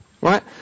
Right